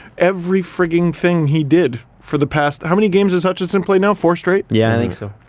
every freakin' thing he did for the past, how many games has hutchinson played now? four straight? yeah, i think so.